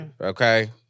Okay